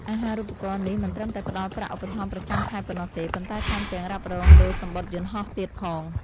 អាហារូបករណ៍នេះមិនត្រឹមតែផ្តល់ប្រាក់ឧបត្ថម្ភប្រចាំខែប៉ុណ្ណោះទេ ប៉ុន្តែថែមទាំងរ៉ាប់រងលើសំបុត្រយន្តហោះទៀតផង។